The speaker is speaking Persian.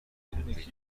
بودیم